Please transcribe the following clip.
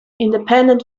independent